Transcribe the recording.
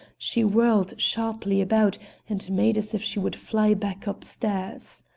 she whirled sharply about and made as if she would fly back up stairs.